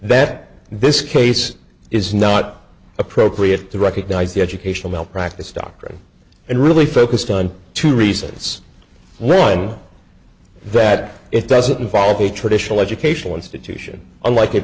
that this case is not appropriate to recognize the educational malpractise doctrine and really focused on two reasons one that it doesn't involve a traditional educational institution unlike